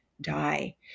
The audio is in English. die